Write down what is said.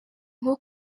nko